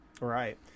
Right